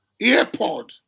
AirPod